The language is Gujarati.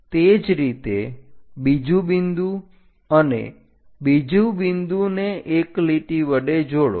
તે જ રીતે બીજું બિંદુ અને બીજું બિંદુને એક લીટી વડે જોડો